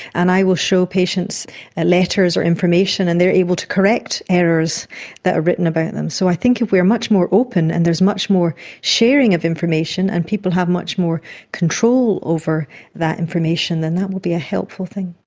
and i will show patients letters or information and they are able to correct errors that are written about them. so i think if we are much more open and there is much more sharing of information and people have much more control over that information, then that would be a helpful thing.